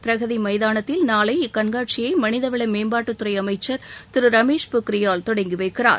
பிரகதி மைதானத்தில் நாளை இக்கண்காட்சியை மனிதவள மேம்பாட்டுத்துறை அமைச்சர் திரு ரமேஷ் போக்கிரியால் தொடங்கி வைக்கிறார்